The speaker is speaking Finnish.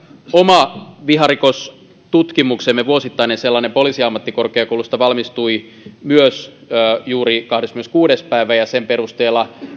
oma viharikostutkimuksemme vuosittainen sellainen poliisiammattikorkeakoulusta valmistui myös juuri kahdeskymmeneskuudes päivä ja sen perusteella